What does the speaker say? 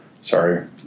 sorry